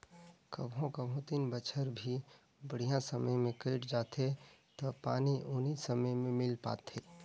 कभों कभों तीन बच्छर भी बड़िहा समय मे कइट जाथें त पानी उनी समे मे मिल पाथे